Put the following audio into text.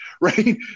right